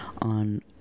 on